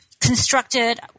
constructed